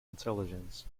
intelligence